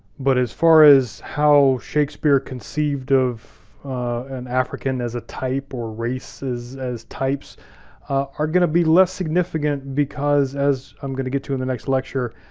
but as far as how shakespeare conceived of an african as a type or races as types are gonna be less significant because, as i'm gonna get to in the next lecture,